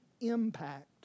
impact